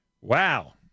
Wow